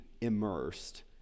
immersed